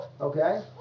okay